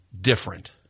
different